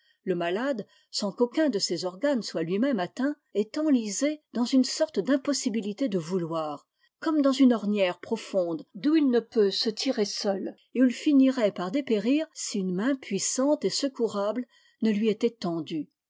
le malade sans qu'aucun de ses organes soit jui méme atteint est enlizé dans une sorte d'impossibilité de vouloir comme dans une ornière profonde d'où il ne peut se tirer seul et où il unirait par dépérir si une main puissante et secourable ne lui était tendue